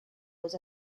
was